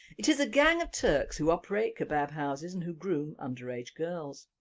it is a gang of turks who operate kebab houses and who groom underage girls.